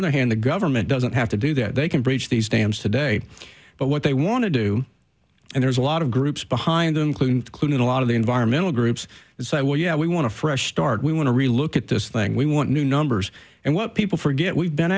other hand the government doesn't have to do that they can bridge these dams today but what they want to do and there's a lot of groups behind them klu including a lot of the environmental groups say well yeah we want to fresh start we want to really look at this thing we want new numbers and what people forget we've been